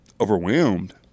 overwhelmed